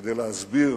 כדי להסביר